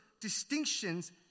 distinctions